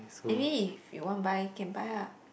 anyway if you want to buy can buy ah